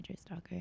stalker